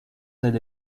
del